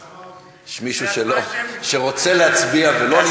יש מישהו שרוצה להצביע ולא נמצא פה?